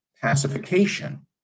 pacification